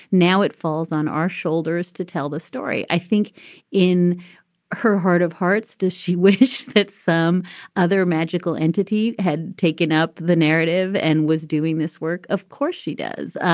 now it falls on our shoulders to tell this story. i think in her heart of hearts does she wish that some other magical entity had taken up the narrative and was doing this work. of course she does.